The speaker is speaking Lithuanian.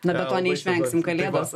na bet to neišvengsim kalėdos